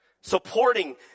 supporting